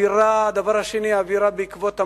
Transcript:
הדבר השני, האווירה בעקבות המשט,